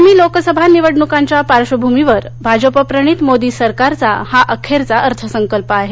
आगामी लोकसभा निवडण्कांच्या पार्श्वभूमीवर भाजपप्रणीत मोदी सरकारचा हा अखेरचा अर्थसंकल्प आहे